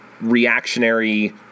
reactionary